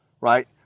right